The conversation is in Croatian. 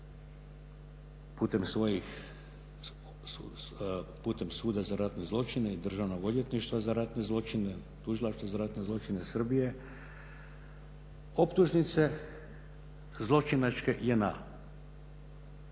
putem suda za ratne zločine i Državnog odvjetništva za ratne zločine, Tužilaštvo za ratne zločine Srbije, optužnice, zločinačke JNA.